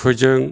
फोजों